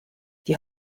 die